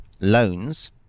loans